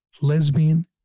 lesbian